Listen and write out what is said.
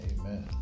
Amen